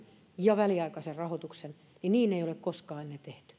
ja väliaikaisen rahoituksen ei ole koskaan ennen käytetty